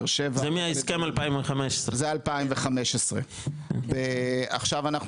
באר שבע --- זה מהסכם 2015. זה 2015. עכשיו אנחנו